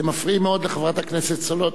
אתם מפריעים מאוד לחברת הכנסת סולודקין.